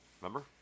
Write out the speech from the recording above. remember